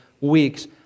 weeks